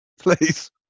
please